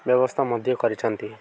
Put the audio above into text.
ବ୍ୟବସ୍ଥା ମଧ୍ୟ କରିଛନ୍ତି